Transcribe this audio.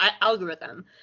algorithm